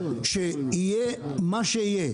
שיהיה מה שיהיה,